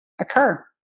occur